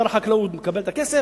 שר החקלאות מקבל את הכסף,